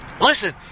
Listen